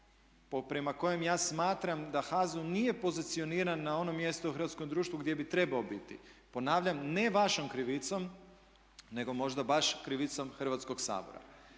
prema kojem ja smatram da HAZU nije pozicioniran na onom mjestu u hrvatskom društvu gdje bi trebao biti. Ponavljam, ne vašom krivicom nego možda baš krivicom Hrvatskog sabora.